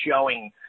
showing